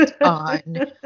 on